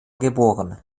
geboren